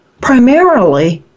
primarily